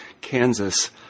Kansas